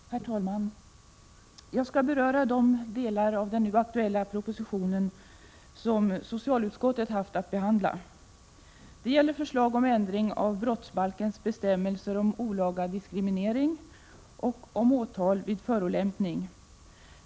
Herr talman! Jag skall beröra de delar av propositionen om de homosexuellas situation i samhället som socialutskottet haft att behandla. Det gäller förslag om ändring av brottsbalkens bestämmelser om olaga diskriminering och om åtal vid förolämpning.